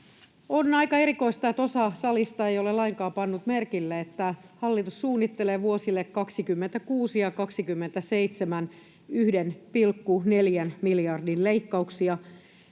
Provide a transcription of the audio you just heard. On aika erikoista, että osa salista ei ole lainkaan pannut merkille, että hallitus suunnittelee vuosille 26 ja 27 1,4 miljardin leikkauksia.